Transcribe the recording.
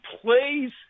plays